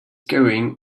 carrying